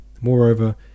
Moreover